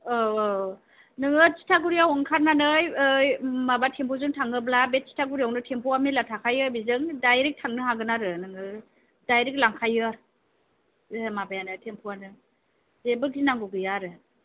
औ औ औ नोङो थिथागुरिआव ओंखारनानै ओरै माबा टेम्प'जों थाङोब्ला बे थिथागुरिआवनो टेम्प'वा मेल्ला थाखायो बेजों डायरेक्ट थांनो हागोन आरो नोङो डायरेक्ट लांखायो बे माबायानो टेम्प'आनो जेबो गिनांगौ गैया आरो